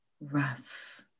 rough